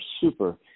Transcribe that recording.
super